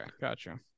Gotcha